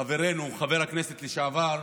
חברנו חבר הכנסת לשעבר,